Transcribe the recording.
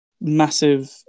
Massive